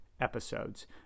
episodes